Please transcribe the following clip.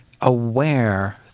aware